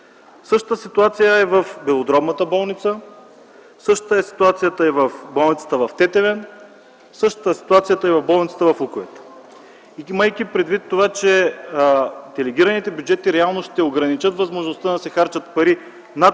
Същата ситуация е в белодробната болница, същата е ситуацията и в болницата в Тетевен, същата е ситуацията и в болницата в Луковит. Имайки предвид това, че делегираните бюджети реално ще ограничат възможността да се харчат пари над